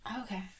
Okay